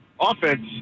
offense